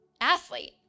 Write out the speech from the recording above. athlete